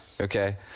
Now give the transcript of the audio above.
Okay